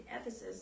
Ephesus